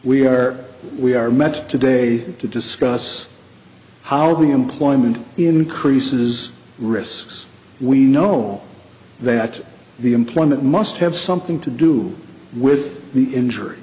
we are we are met today to discuss how the employment increases risks we know that the employment must have something to do with the injury